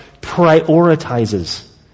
prioritizes